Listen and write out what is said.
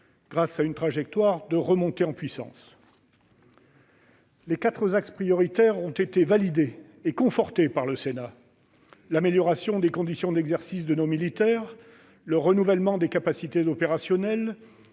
grâce à une trajectoire de remontée en puissance. Les quatre axes prioritaires de la loi de programmation ont été validés et confortés par le Sénat : l'amélioration des conditions d'exercice de nos militaires, le renouvellement des capacités opérationnelles,